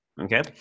okay